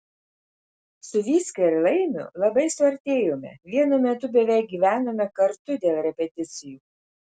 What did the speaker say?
su vycka ir laimiu labai suartėjome vienu metu beveik gyvenome kartu dėl repeticijų